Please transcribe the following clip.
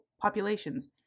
populations